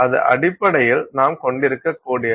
அது அடிப்படையில் நாம் கொண்டிருக்கக்கூடியது